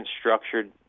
structured